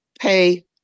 pay